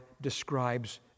describes